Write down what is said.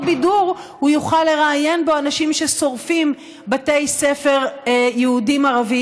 בידור הוא יוכל לראיין בו אנשים ששורפים בתי ספר יהודיים-ערביים,